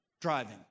driving